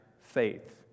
faith